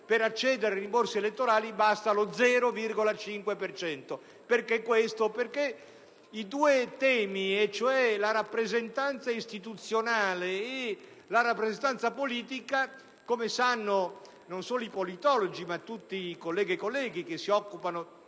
per accedere ai rimborsi elettorali basta lo 0,5 per cento, perché i due temi (la rappresentanza istituzionale e la rappresentanza politica), come sanno non solo i politologi, ma tutti i colleghi e le colleghe, sono